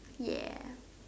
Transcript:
ya